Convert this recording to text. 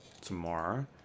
tomorrow